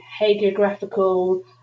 hagiographical